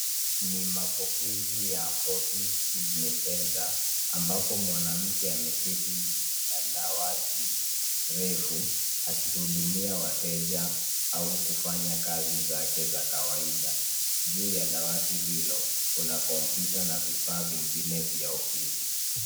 Ni mapokezi ya forties kidney centre ambapo mwanamke ameketi kando ya dawati refu akihudumia wateja au kufanya kazi zake za kawaida juu ya dawati hilo kuna kompyuta na vifaa vingine vya ofisi